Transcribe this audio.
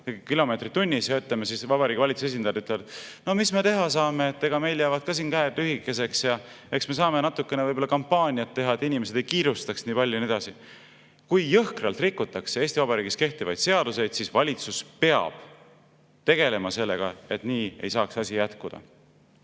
kilomeetrit tunnis ja siis Vabariigi Valitsuse esindajad ütlevad: "No mis me teha saame, ega meil jäävad ka käed lühikeseks. Eks me saame natukene võib-olla kampaaniat teha, et inimesed ei kiirustaks nii palju ja nii edasi." Kui jõhkralt rikutakse Eesti Vabariigis kehtivaid seadusi, siis valitsus peab tegelema sellega, et nii ei saaks asi jätkuda.